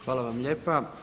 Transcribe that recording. Hvala vam lijepa.